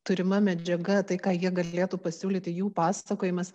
turima medžiaga tai ką jie galėtų pasiūlyti jų pasakojimas